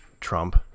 Trump